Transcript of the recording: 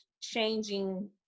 changing